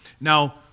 Now